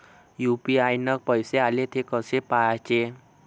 UPI न पैसे आले, थे कसे पाहाचे?